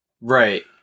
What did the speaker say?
Right